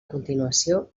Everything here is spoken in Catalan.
continuació